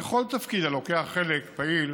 לכל תפקיד הלוקח חלק פעיל